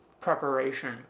preparation